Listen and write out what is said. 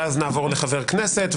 נעבור לחבר כנסת,